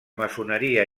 maçoneria